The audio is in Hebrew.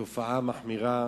והתופעה המחמירה,